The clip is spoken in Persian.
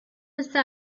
مثل